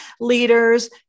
leaders